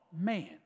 man